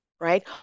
right